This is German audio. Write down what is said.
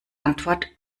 antwort